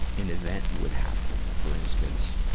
an event would happen? for instance,